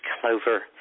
clover